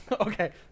Okay